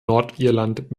nordirland